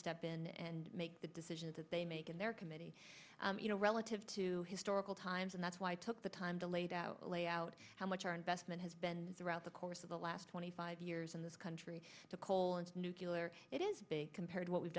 step in and make the decisions that they make in their committee you know relative to historical times and that's why i took the time to lay down lay out how much our investment has been throughout the course of the last twenty five years in this country to colons nucular it is big compared what we've